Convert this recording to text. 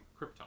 Krypton